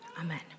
Amen